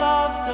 Love